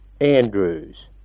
Andrews